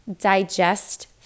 digest